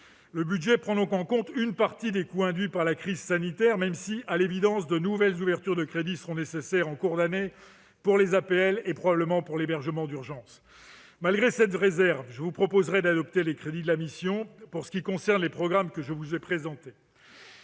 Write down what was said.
Le budget prend en compte une partie des coûts induits par la crise sanitaire, même si, à l'évidence, de nouvelles ouvertures de crédits seront nécessaires en cours d'année pour les APL et probablement pour l'hébergement d'urgence. Malgré cette réserve, je vous proposerai d'adopter les crédits de la mission, pour ce qui concerne les programmes que je vous ai présentés.